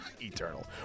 eternal